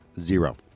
Zero